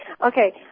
Okay